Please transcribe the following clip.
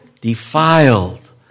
defiled